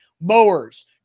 mowers